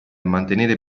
mantenere